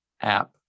app